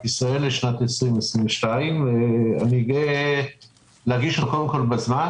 ישראל לשנת 2022. אני גאה להגיש אותו בזמן,